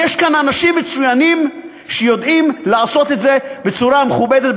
ויש כאן אנשים מצוינים שיודעים לעשות את זה בצורה מכובדת,